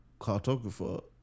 cartographer